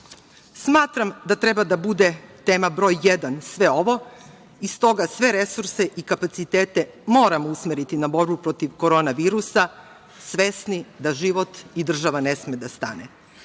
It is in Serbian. zemlji. Smatram da treba da bude tema broj jedan sve ovo i stoga sve resurse i kapacitete moramo usmeriti na borbu protiv korona virusa svesni da život i država ne smeju da stanu.